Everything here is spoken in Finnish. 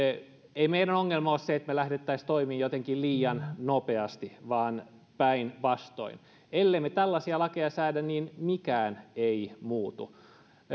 ei meidän ongelmamme ole se että me lähtisimme toimimaan jotenkin liian nopeasti vaan päinvastoin ellemme tällaisia lakeja säädä niin mikään ei muutu